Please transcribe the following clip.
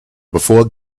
before